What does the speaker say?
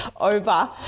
over